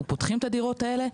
אנחנו פותחים את הדירות האלה.